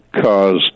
caused